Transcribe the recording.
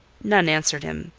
none answered him.